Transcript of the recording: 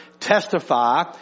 testify